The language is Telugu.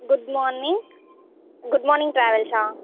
good morning good morning ట్రావెల్సా